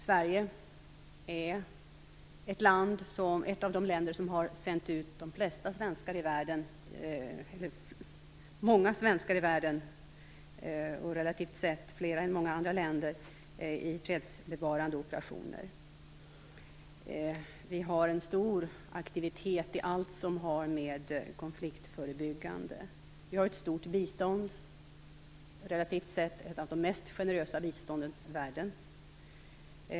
Sverige är ett av de länder som sänt ut många, och relativt sett flera än många andra länder, i fredsbevarande operationer. Vi har en stor aktivitet i allt som har att göra med förebyggande av konflikter. Vi har ett stort bistånd - relativt sett ett av de mest generösa bistånden i världen.